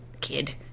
Kid